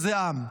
איזה עם.